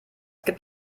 gibt